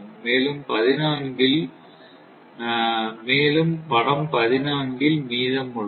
மேலும் படம் 14 இல் மீதம் உள்ளது